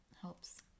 helps